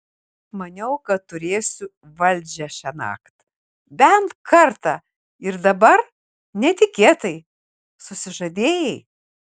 maniau kad turėsiu valdžią šiąnakt bent kartą ir dabar netikėtai susižadėjai